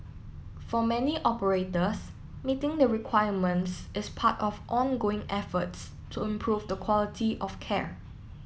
for many operators meeting the requirements is part of ongoing efforts to improve the quality of care